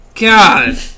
God